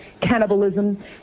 cannibalism